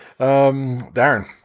Darren